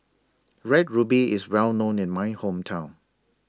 Red Ruby IS Well known in My Hometown